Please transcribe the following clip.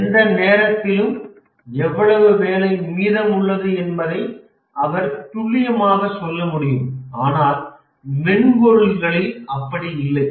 எந்த நேரத்திலும் எவ்வளவு வேலை மீதமுள்ளது என்பதை அவர் துல்லியமாக சொல்ல முடியும் ஆனால் மென்பொருளில் அப்படி இல்லை